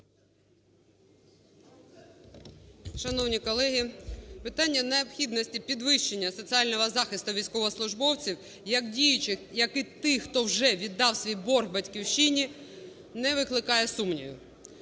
Шановні колеги, питання необхідності підвищення соціального захисту військовослужбовців як діючих, як і тих, хто вже віддав свій борг батьківщині, не викликає сумнівів.